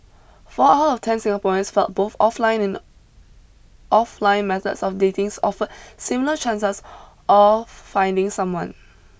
four out of ten Singaporeans felt both offline and offline methods of dating offered similar chances of finding someone